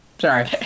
Sorry